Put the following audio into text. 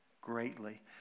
greatly